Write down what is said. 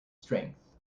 strength